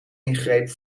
ingreep